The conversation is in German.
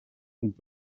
und